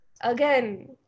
Again